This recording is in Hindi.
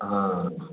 हाँ